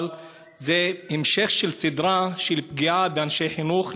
אבל זה המשך לסדרה של פגיעה באנשי חינוך,